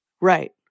Right